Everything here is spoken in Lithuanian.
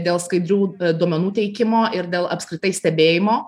dėl skaidrių duomenų teikimo ir dėl apskritai stebėjimo